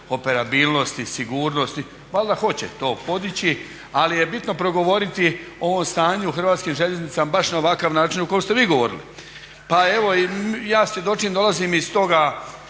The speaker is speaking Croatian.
interoperabilnosti, sigurnosti, valjda hoće to postići, ali je bitno progovoriti o ovom stanju u HŽ-u baš na ovakav način o kojem ste vi govorili. Pa ja svjedočim jel dolazim iz tog